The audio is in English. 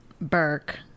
Burke